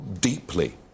deeply